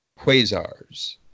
Quasars